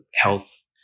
health